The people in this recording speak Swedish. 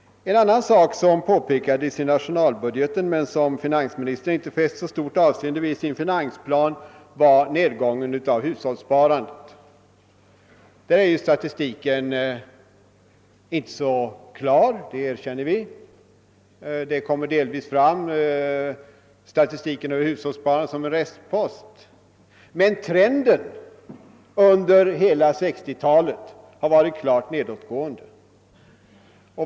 En annan sak som påpekades i nationalbudgeten men som finansministern inte fäste så stort avseende vid i sin finansplan var nedgången av hushållssparandet. Därvidlag är statistiken inte så entydig, det skall erkännas. Statistiken över hushållssparandet har delvis framkommit som en restpost, men trenden under hela 1960-talet har varit klart nedåtgående.